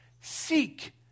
Seek